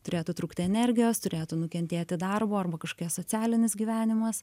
turėtų trūkti energijos turėtų nukentėti darbo arba kažkia socialinis gyvenimas